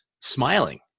smiling